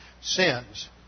sins